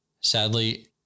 Sadly